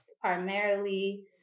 primarily